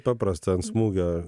paprastą ant smūgio